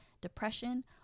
depression